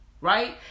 right